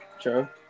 sure